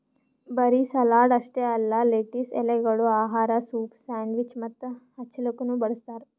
ಬರೀ ಸಲಾಡ್ ಅಷ್ಟೆ ಅಲ್ಲಾ ಲೆಟಿಸ್ ಎಲೆಗೊಳ್ ಆಹಾರ, ಸೂಪ್, ಸ್ಯಾಂಡ್ವಿಚ್ ಮತ್ತ ಹಚ್ಚಲುಕನು ಬಳ್ಸತಾರ್